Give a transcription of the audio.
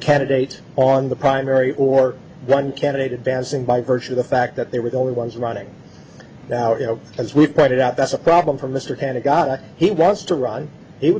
candidate on the primary or one candidate advancing by virtue of the fact that they were the only ones running now you know as we pointed out that's a problem for mr pedagog he wants to run it